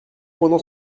pendant